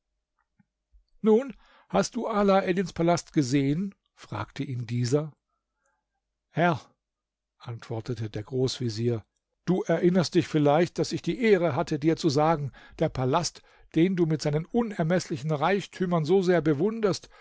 nun hast du alaeddins palast gesehen fragte ihn dieser herr antwortete der großvezier du erinnerst dich vielleicht daß ich die ehre hatte dir zu sagen der palast den du mit seinen unermeßlichen reichtümern so sehr bewunderst